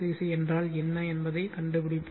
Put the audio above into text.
C என்றால் என்ன என்பதைக் கண்டுபிடிப்போம்